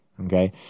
okay